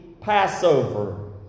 Passover